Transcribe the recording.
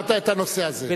הבהרת את הנושא הזה.